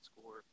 score